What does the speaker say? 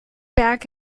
back